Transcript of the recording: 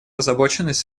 озабоченность